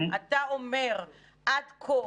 אתה אומר: עד כה,